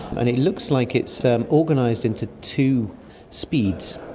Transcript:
and it looks like it's um organised into two speeds,